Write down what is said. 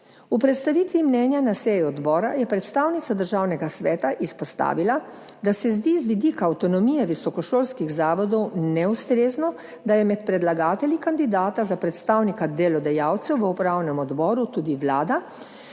V predstavitvi mnenja na seji odbora je predstavnica Državnega sveta izpostavila, da se zdi z vidika avtonomije visokošolskih zavodov neustrezno, da je med predlagatelji kandidata za predstavnika delodajalcev v upravnem odboru tudi Vlada,